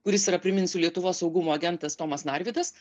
kuris yra priminsiu lietuvos saugumo agentas tomas narvydas